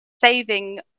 saving